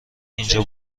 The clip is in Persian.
اینجا